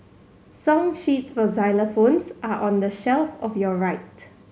song sheets for xylophones are on the shelf of your right